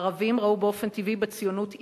הערבים ראו, באופן טבעי, בציונות איום,